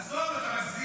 עזוב, אתה מגזים.